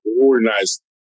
organized